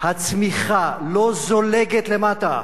הצמיחה לא זולגת למטה,